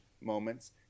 moments